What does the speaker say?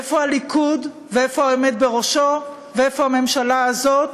איפה הליכוד ואיפה העומד בראשו ואיפה הממשלה הזאת